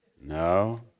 No